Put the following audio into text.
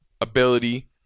ability